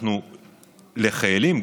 חיילים,